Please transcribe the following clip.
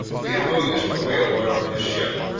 we have no use for whale oil on this ship.